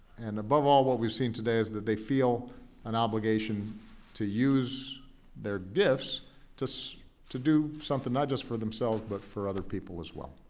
and above all, what we've seen today is that they feel an obligation to use their gifts to do something not just for themselves but for other people as well.